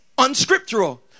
unscriptural